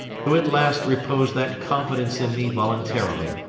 who at last reposed that confidence in me voluntarily.